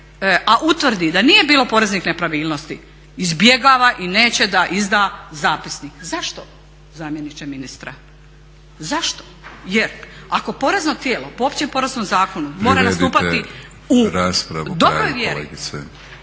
a utvrdi da nije bilo poreznih nepravilnost izbjegava i neće da izda zapisnik. Zašto zamjeniče ministra, zašto? Jer ako porezno tijelo po OPZ mora nastupati u